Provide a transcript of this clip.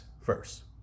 first